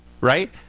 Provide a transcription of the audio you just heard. right